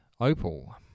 Opal